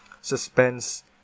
suspense